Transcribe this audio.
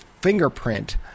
fingerprint